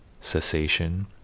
cessation